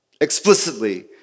Explicitly